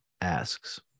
asks